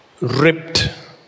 ripped